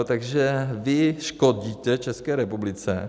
Takže vy škodíte České republice.